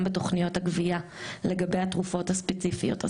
בתוכניות הגבייה לגבי התרופות הספציפיות.